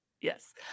Yes